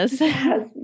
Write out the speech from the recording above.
Yes